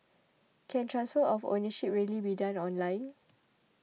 can transfer of ownership really be done online